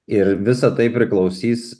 ir visa tai priklausys